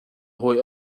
hawi